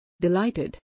Delighted